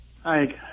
Hi